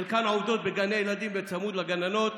חלקן עובדות בגני ילדים בצמוד לגננות,